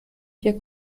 wir